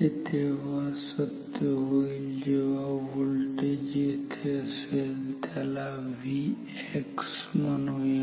ही तेव्हाच सत्य होईल जेव्हा हा व्होल्टेज येथे असेल त्याला Vx म्हणूया